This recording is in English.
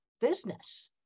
business